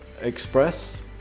express